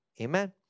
Amen